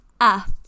up